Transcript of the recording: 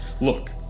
look